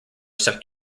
some